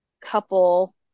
couple